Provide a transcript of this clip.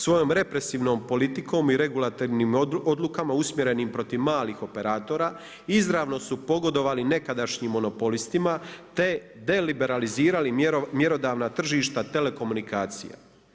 Svojom represivnom politikom i regulatornim odlukama usmjerenim protiv malih operatora, izravno su pogodovali nekadašnjim monopolistima te deliberalizirali mjerodavna tržišta telekomunikacija.